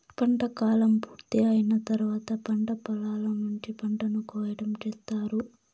పంట కాలం పూర్తి అయిన తర్వాత పంట పొలాల నుంచి పంటను కోయటం చేత్తారు